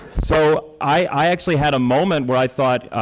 so, i actually had a moment where i thought,